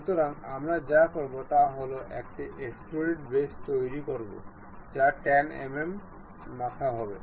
সুতরাং আমরা যা করব তা হল একটি এক্সট্রুডেড বসে তৈরি করবো যা 10 mm মাথা হবে